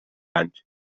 anys